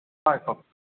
হয় কওক